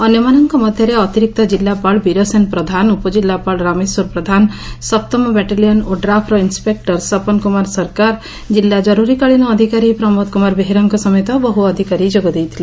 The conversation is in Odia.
ଅନ୍ୟମାନଙ୍କ ମଧ୍ଧରେ ଅତିରିକ୍ତ ଜିଲ୍ଲାପାଳ ବୀରସେନ ପ୍ରଧାନ ଉପକିଲ୍ଲୁପାଳ ରାମେଶ୍ୱର ପ୍ରଧାନ ସପ୍ତମ ବାଟାଲିୟନ ଓଡ୍ରାଫ୍ର ଇନ୍ସେକ୍ର ସପନ କୁମାର ସରକାର କିଲ୍ଲା କରୁରୀକାଳୀନ ଅଧିକାରୀ ପ୍ରମୋଦ କୁମାର ବେହେରାଙ୍କ ସମେତ ବହୁ ଅଧିକାରୀ ଯୋଗ ଦେଇଥିଲେ